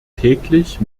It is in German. täglich